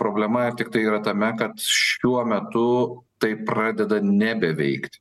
problema tiktai yra tame kad šiuo metu tai pradeda nebeveikti